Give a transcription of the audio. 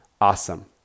awesome